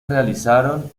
realizaron